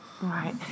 Right